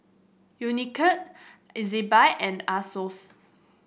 Unicurd Ezbuy and Asos